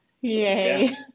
Yay